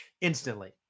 instantly